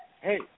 Hey